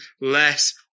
less